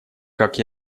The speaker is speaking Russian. как